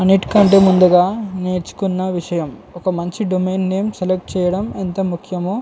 అన్నిటికంటే ముందుగా నేర్చుకున్న విషయం ఒక మంచి డొమైన్ నేమ్ సెలెక్ట్ చేయడం ఎంత ముఖ్యమో